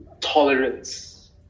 tolerance